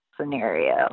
scenario